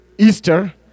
Easter